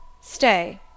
Stay